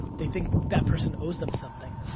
they think that person owes them something.